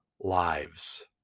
lives